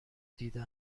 دیده